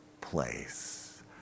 place